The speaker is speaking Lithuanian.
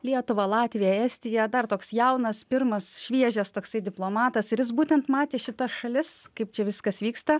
lietuvą latviją estiją dar toks jaunas pirmas šviežias toksai diplomatas ir jis būtent matė šitas šalis kaip čia viskas vyksta